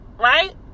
Right